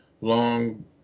long